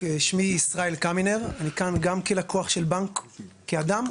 שמי ישראל קמינר, אני כאן גם כלקוח של בנק, כאדם.